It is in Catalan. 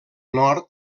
nord